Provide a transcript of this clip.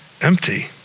empty